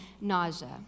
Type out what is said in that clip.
nausea